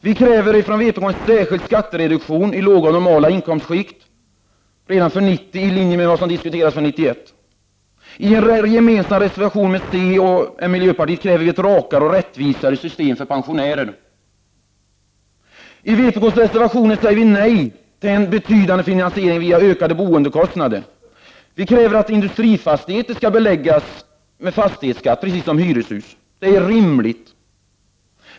Vi kräver i vpk en särskild skattereduktion i låga och normala inkomstskikt redan för 1990, i linje med vad som diskuteras för 1991. I en gemensam reservation som vi har med centern och miljöpartiet kräver vi ett rakare och rättvisare system för pensionärer. I en vpk-reservation säger vi nej till en betydande finansiering via ökade boendekostnader. Vi kräver att industrifastigheter skall beläggas med fastighetsskatt, precis som hyreshus. Det är rimligt.